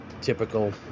typical